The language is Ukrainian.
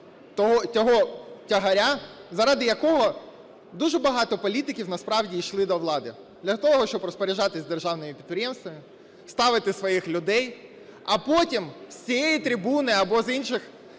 того тягаря, заради якого дуже багато політиків насправді йшли до влади для того, щоб розпоряджатися державними підприємствами, ставити своїх людей, а потім з цієї трибуни або з інших